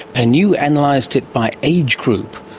and you and analysed it by age group.